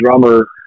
drummer